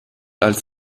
als